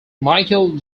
michael